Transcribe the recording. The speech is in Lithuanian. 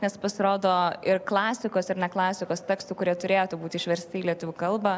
nes pasirodo ir klasikos ir ne klasikos tekstų kurie turėtų būt išversti į lietuvių kalbą